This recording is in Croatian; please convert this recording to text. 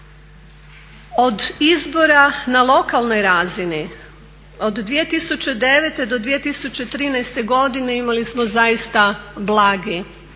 od izbora na lokalnoj razini od 2009. do 2013. godine imali smo zaista blagi